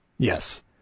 Yes